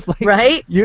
Right